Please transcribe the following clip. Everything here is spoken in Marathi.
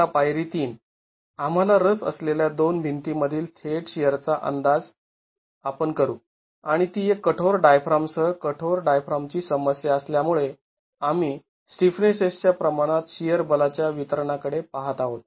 आता पायरी ३ आम्हाला रस असलेल्या दोन भिंती मधील थेट शिअरचा आपण अंदाज करू आणि ती एक कठोर डायफ्रामसह कठोर डायफ्रामची समस्या असल्यामुळे आम्ही स्टिफनेसेसच्या प्रमाणात शिअर बलाच्या वितरणा कडे पाहत आहोत